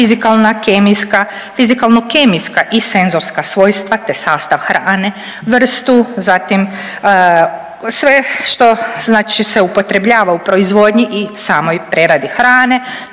fizikalno-kemijska i senzorska svojstva, te sastav hrane, vrstu, zatim sve što znači se upotrebljava u proizvodnji i samoj preradi hrane,